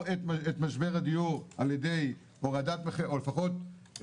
ובסוף באים הוותמ"לים ולוקחים את